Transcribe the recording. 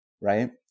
right